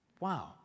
Wow